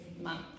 month